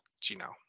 Gino